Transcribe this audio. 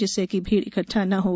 जिससे कि भीड़ इकटठा ना हों